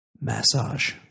Massage